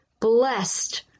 blessed